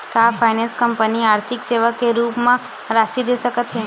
का finance company आर्थिक सेवा के रूप म राशि दे सकत हे?